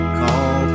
call